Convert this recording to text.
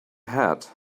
hat